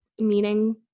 meaning